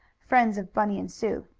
friends of bunny and sue.